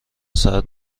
ساعت